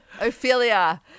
Ophelia